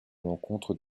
l’encontre